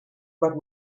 but